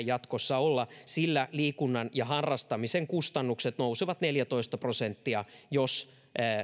jatkossa olla näin sillä liikunnan ja harrastamisen kustannukset nousevat neljätoista prosenttia jos